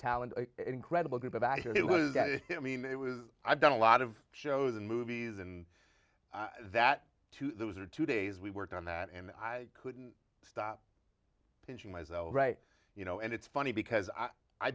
talent incredible group of actors i mean it was i've done a lot of shows in movies and that to those are two days we worked on that and i couldn't stop pinching myself right you know and it's funny because i